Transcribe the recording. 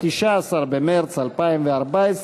19 במרס 2014,